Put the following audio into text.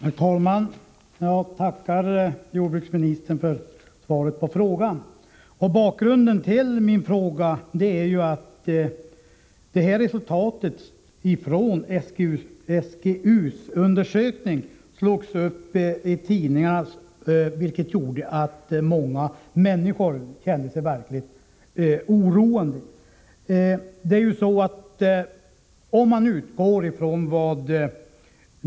Herr talman! Jag tackar jordbruksministern för svaret på frågan. Bakgrunden till min fråga är att resultatet från SGU:s undersökning slogs upp i tidningarna, vilket gjorde att många människor kände sig verkligt oroade.